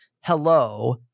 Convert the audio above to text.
hello